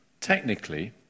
Technically